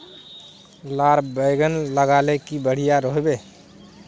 लार बैगन लगाले की बढ़िया रोहबे?